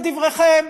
כדבריכם,